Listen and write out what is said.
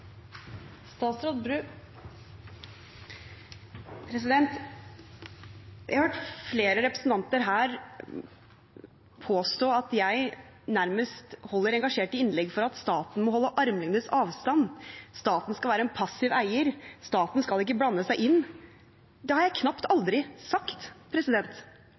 Jeg har hørt flere representanter her påstå at jeg nærmest holder engasjerte innlegg for at staten må holde armlengdes avstand, staten skal være en passiv eier, staten skal ikke blande seg inn. Det har jeg aldri sagt.